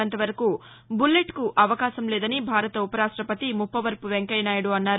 ఉన్నంతవరకు బుల్లెట్కు అవకాశం లేదని భారత ఉపరాష్టపతి ముప్పవరపు వెంకయ్య నాయుడు అన్నారు